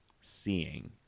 seeing